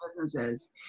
businesses